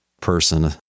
person